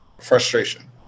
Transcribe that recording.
frustration